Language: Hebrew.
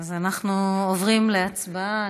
אנחנו עוברים להצבעה,